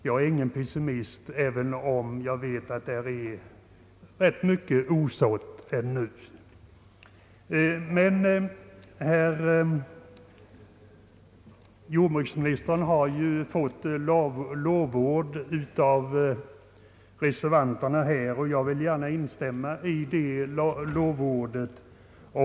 Jag är ingen pessimist, även om jag vet att det där ännu är ganska mycket osått. Jordbruksministern har fått lovord av reservanterna, och jag vill gärna instämma i dessa lovord.